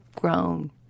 grown